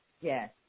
Yes